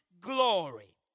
glory